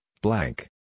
blank